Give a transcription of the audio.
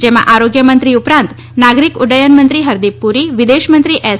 જેમાં આરોગ્યમંત્રી ઉપરાંત નાગરિક ઉડ્ડયન મંત્રી હરદીપ પુરી વિદેશમંત્રી એસ